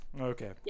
Okay